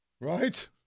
right